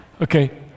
Okay